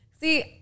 See